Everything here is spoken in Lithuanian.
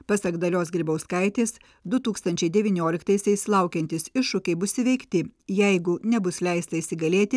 pasak dalios grybauskaitės du tūkstančiai devynioliktaisiais laukiantys iššūkiai bus įveikti jeigu nebus leista įsigalėti